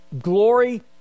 glory